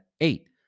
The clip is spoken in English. eight